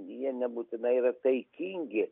jie nebūtinai yra taikingi